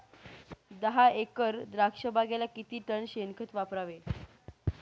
दहा एकर द्राक्षबागेला किती टन शेणखत वापरावे?